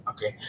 Okay